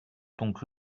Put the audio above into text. donc